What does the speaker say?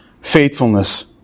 faithfulness